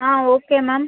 ah okay ma'am